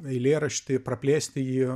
eilėraštį praplėsti jį